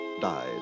died